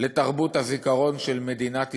לתרבות הזיכרון של מדינת ישראל,